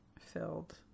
filled